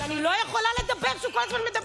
אבל אני לא יכולה לדבר כשהוא כל הזמן מדבר.